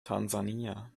tansania